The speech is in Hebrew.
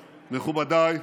מכובדיי,